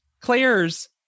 Claire's